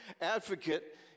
advocate